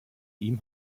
ihm